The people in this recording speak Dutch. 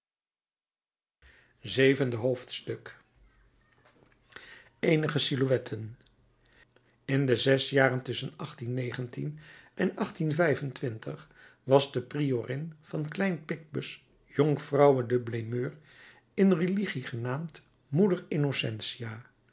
zevende hoofdstuk eenige silhouetten in de zes jaren tusschen en was de priorin van klein picpus jonkvrouwe de blemeur in religie genaamd moeder innocentia